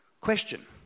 Question